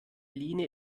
lehne